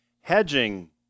hedging